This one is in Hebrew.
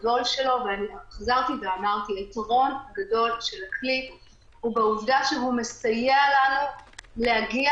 חזרתי ואמרתי שהיתרון הגדול של הכלי הוא בעובדה שהוא מסייע לנו להגיע